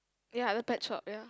ya the pet shop ya